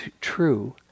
true